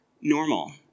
normal